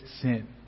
sin